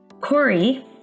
Corey